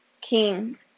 king